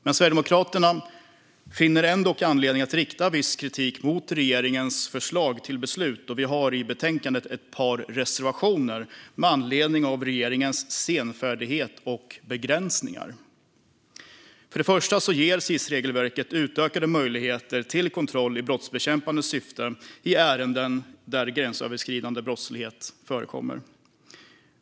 Men Sverigedemokraterna finner ändå anledning att rikta viss kritik mot regeringens förslag till beslut, och vi har i betänkandet ett par reservationer med anledning av regeringens senfärdighet och begränsningar. För det första ger SIS-regelverket utökade möjligheter till kontroll i brottsbekämpande syfte i ärenden där gränsöverskridande brottslighet förekommer.